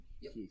Yes